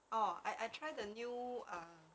orh I I try the new ah